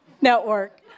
network